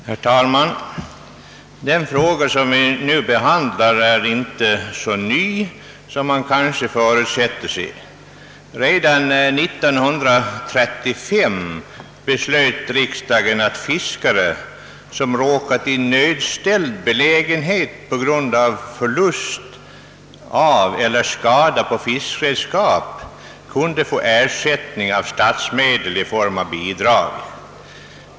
Herr talman! Den fråga som vi nu behandlar är inte så ny som man kanske föreställer sig. Redan 1933 beslöt riksdagen att fiskare som råkat i nödställd belägenhet på grund av förlust av eller skada på fiskredskap skulle kunna få ersättning av statsmedel i form av bidrag.